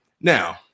now